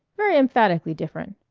very emphatically different.